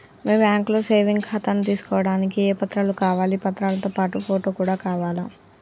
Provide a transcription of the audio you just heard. మీ బ్యాంకులో సేవింగ్ ఖాతాను తీసుకోవడానికి ఏ ఏ పత్రాలు కావాలి పత్రాలతో పాటు ఫోటో కూడా కావాలా?